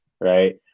Right